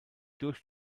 durch